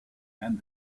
and